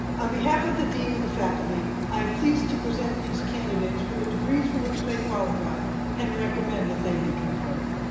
on behalf of the dean and the faculty, i am pleased to present these candidates for the degrees for which they qualify and recommend that they be conferred.